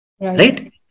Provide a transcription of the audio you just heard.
Right